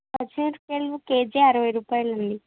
పచ్చిమిరపకాయలు కేజీ అరవై రుపాయలండి